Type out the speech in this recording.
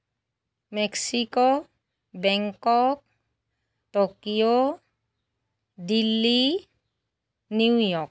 Mexico Bangkok Tokyo Delhi New York